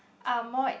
are more